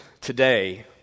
today